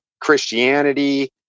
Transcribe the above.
Christianity